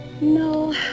No